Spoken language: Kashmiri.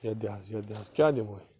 یَتھ دِ حظ یَتھ دِ حظ کیٛاہ دِمہٕ ہوے